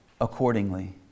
accordingly